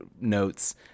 notes